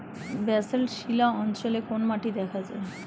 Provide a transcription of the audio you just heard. Basalt শিলা অঞ্চলে কোন মাটি দেখা যায়?